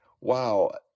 wow